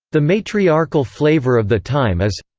the matriarchal flavor of the time is.